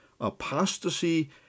apostasy